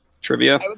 Trivia